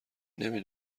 نمی